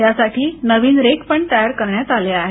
यासाठी नवीन रेक पण तयार करण्यात आले आहेत